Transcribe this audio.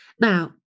Now